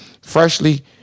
freshly